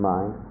Mind